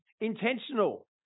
intentional